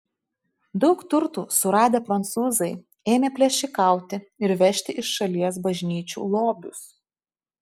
daug turtų suradę prancūzai ėmė plėšikauti ir vežti iš šalies bažnyčių lobius